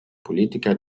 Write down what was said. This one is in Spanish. política